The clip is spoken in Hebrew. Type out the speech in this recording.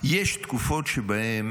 יש תקופות שבהן